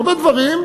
בהרבה דברים,